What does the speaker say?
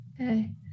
Okay